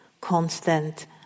constant